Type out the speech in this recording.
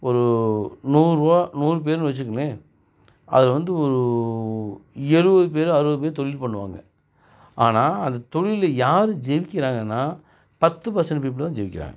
ஒரு நூறுவா நூறுபேருன்னு வச்சிக்கிங்களேன் அதில் வந்து ஒரு எழுபது பேரு அறுபது பேரு தொழில் பண்ணுவாங்க ஆனால் அந்த தொழிலில் யாரு ஜெயிக்கிறாங்கன்னா பத்து பெர்ஸெண்ட் பீப்பிள் தான் ஜெயிக்கிறாங்க